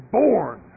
born